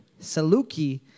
saluki